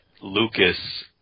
Lucas